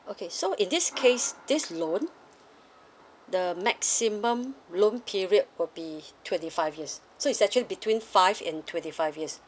okay so in this case this loan the maximum loan period will be twenty five years so is actually between five and twenty five years